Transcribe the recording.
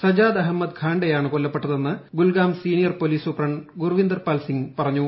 Sajad Ahmed ഖാണ്ഡെയാണ് കൊല്ലപ്പെട്ടതെന്ന് Kulgam senior police superintendent Gurvinder Pal Singh അറിയിച്ചു